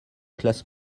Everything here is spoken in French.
classe